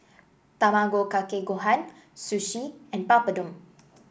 Tamago Kake Gohan Sushi and Papadum